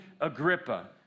Agrippa